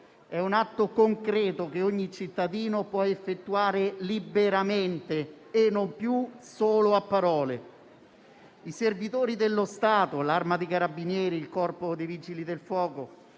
è un atto concreto, che ogni cittadino può effettuare liberamente e non più solo a parole. I servitori dello Stato, l'Arma dei carabinieri, il Corpo nazionale dei vigili del fuoco,